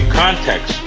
context